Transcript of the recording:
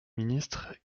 ministre